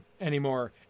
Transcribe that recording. anymore